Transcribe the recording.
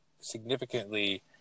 significantly